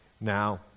Now